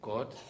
God